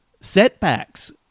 setbacks